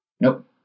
Nope